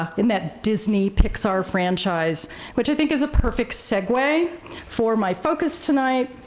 ah in that disney pixar franchise which i think is a perfect segway for my focus tonight,